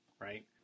Right